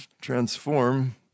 transform